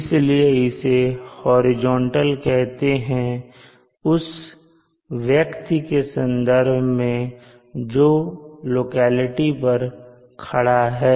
इसलिए इसे हॉरिजॉन्टल कहते हैं उस व्यक्ति के संदर्भ में जो लोकेलिटी पर खड़ा है